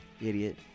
Idiot